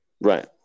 Right